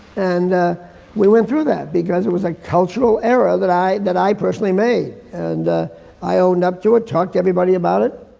and we went through that because it was a cultural error that i that i personally made. and i owned up to it, talked to everybody about it.